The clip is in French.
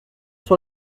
sur